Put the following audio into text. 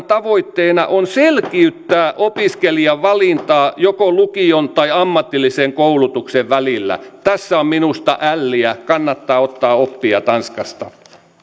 tavoitteena on selkiyttää opiskelijan valintaa joko lukion tai ammatillisen koulutuksen välillä tässä on minusta älliä kannattaa ottaa oppia tanskasta